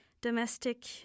domestic